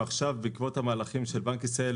הם עכשיו בעקבות המהלכים של בנק ישראל